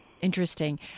Interesting